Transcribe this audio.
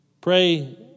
Pray